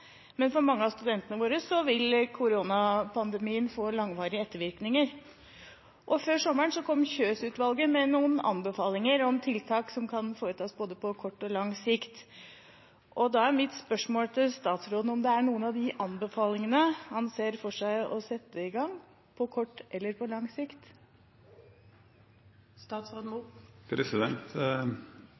men for mange av studentene våre vil koronapandemien få langvarige ettervirkninger. Før sommeren kom Kjøs-utvalget med noen anbefalinger om tiltak som kan foretas på både kort og lang sikt. Da er mitt spørsmål til statsråden om det er noen av de anbefalingene han ser for seg å sette i gang på kort eller på lang